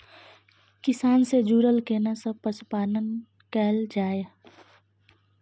किसान से जुरल केना सब पशुपालन कैल जाय?